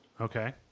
Okay